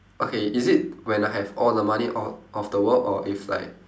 okay is it when I have all the money o~ of the world or if like